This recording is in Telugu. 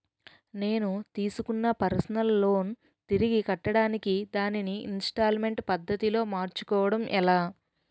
నేను తిస్కున్న పర్సనల్ లోన్ తిరిగి కట్టడానికి దానిని ఇంస్తాల్మేంట్ పద్ధతి లో మార్చుకోవడం ఎలా?